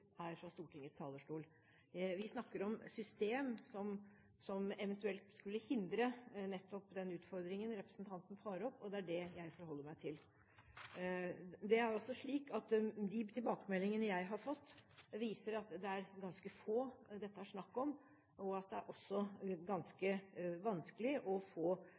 her fra Stortingets talerstol. Vi snakker om et system som eventuelt skulle hindre nettopp den situasjonen representanten tar opp, og det er det jeg forholder meg til. Det er også slik at de tilbakemeldingene jeg har fått, viser at det er ganske få det her er snakk om. Det er ganske vanskelig å få